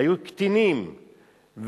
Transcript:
היו קטינים,